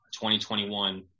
2021